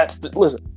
Listen